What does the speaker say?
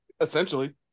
essentially